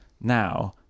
now